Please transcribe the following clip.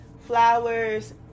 flowers